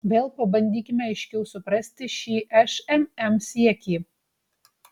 vėl pabandykime aiškiau suprasti šį šmm siekį